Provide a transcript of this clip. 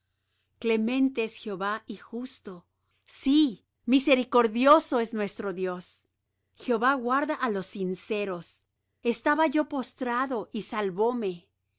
clemente es jehová y justo sí misericordioso es nuestro dios jehová guarda á los sinceros estaba yo postrado y salvóme